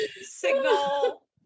signal